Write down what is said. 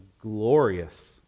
glorious